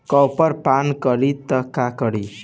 Copper पान करी त का करी?